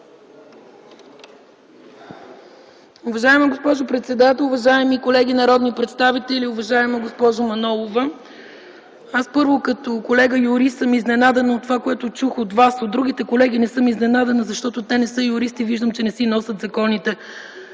Уважаема госпожо председател, уважаеми колеги народни представители! Уважаема госпожо Манолова, първо, като колега юрист съм изненадана от това, което чух от Вас. От другите колеги не съм изненадана, защото те не са юристи – виждам, че не си носят законопроектите.